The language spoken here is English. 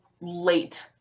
late